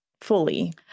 fully